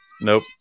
Nope